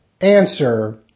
Answer